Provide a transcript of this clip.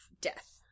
death